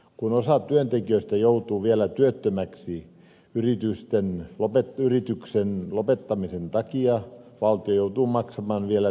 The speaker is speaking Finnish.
kun osa työntekijöistä joutuu työttömäksi yrityksen lopettamisen takia valtio joutuu maksamaan vielä työttömyyskorvauksia